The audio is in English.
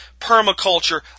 permaculture